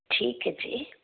ਠੀਕ ਹੈ ਜੀ